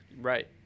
Right